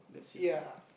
ya